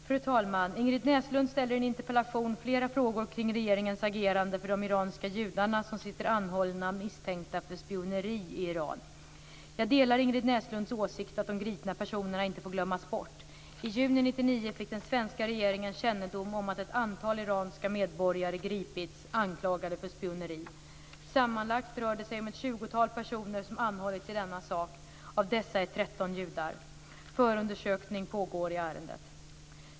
Fru talman! Ingrid Näslund ställer i en interpellation flera frågor kring regeringens agerande för de iranska judar som sitter anhållna misstänkta för spioneri i Iran. Jag delar Ingrid Näslunds åsikt att de gripna personerna inte får glömmas bort. I juni 1999 fick den svenska regeringen kännedom om att ett antal iranska medborgare gripits anklagade för spioneri. Sammanlagt rör det sig om ett tjugotal personer som anhållits i denna sak. Av dessa är tretton judar. Förundersökning pågår i ärendet.